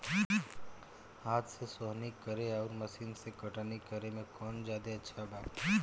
हाथ से सोहनी करे आउर मशीन से कटनी करे मे कौन जादे अच्छा बा?